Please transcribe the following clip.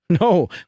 No